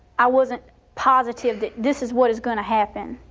i wasn't positive that this is what is gonna happen.